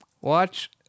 watch